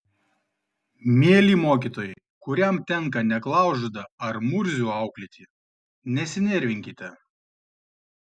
mieli mokytojai kuriam tenka neklaužadą ar murzių auklėti nesinervinkite